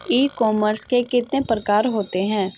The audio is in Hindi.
ई कॉमर्स के कितने प्रकार होते हैं?